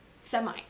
semi